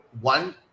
one